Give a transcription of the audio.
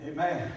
Amen